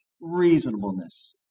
reasonableness